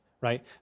right